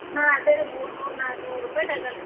ಹಾಂ ಅದೇ ರೀ ಮೂರು ನೂರು ನಾಲ್ಕು ನೂರು ರೂಪಾಯಿ ಡಝನ್